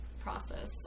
process